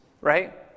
right